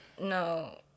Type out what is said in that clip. No